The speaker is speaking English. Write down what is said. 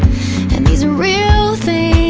and these are real things